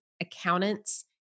accountants